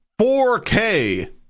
4K